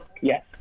Yes